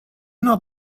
not